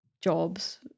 jobs